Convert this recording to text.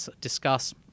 discuss